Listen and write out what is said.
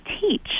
teach